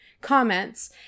comments